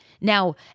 Now